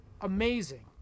amazing